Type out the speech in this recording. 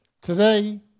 Today